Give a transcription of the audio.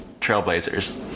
Trailblazers